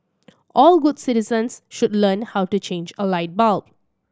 all good citizens should learn how to change a light bulb